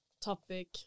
topic